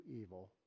evil